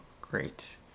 great